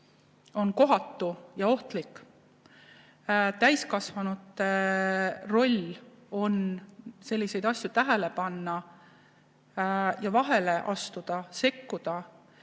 on kohatu ja ohtlik. Täiskasvanute roll on selliseid asju tähele panna ja vahele astuda, sekkuda.